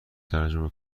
ترجمه